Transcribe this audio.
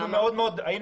היינו מאוד פתוחים.